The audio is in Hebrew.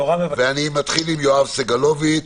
יפתח יואב סגלוביץ',